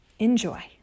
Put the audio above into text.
enjoy